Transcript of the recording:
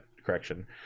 correction